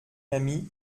ami